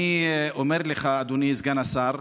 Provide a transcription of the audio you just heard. אני אומר לך, אדוני סגן השר,